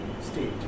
state